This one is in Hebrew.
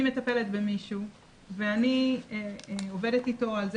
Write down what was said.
אני מטפלת במישהו ואני עובדת איתו על זה